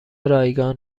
رایگان